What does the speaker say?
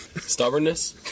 Stubbornness